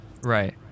Right